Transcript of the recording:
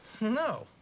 No